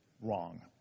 wrong